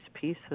pieces